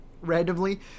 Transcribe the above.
randomly